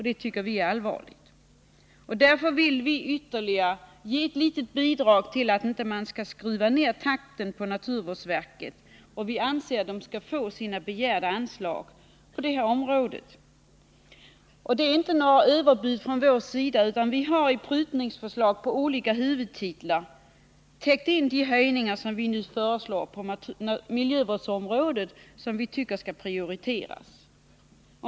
Det tycker vi skulle vara allvarligt, och därför vill vi ge ytterligare ett bidrag för att man inte skall skruva ned takten inom naturvårdsverket. Vi anser att verket skall få det anslag som det har begärt på detta område. Det är inte fråga om något överbud från vår sida. Vi har i prutningsförslag på olika huvudtitlar täckt in de höjningar som vi nu föreslår på miljövårdsområdet, som vi tycker skall prioriteras.